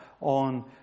on